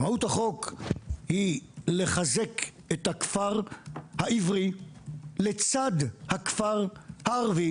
מהות החוק היא לחזק את הכפר העברי לצד הכפר הערבי,